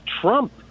Trump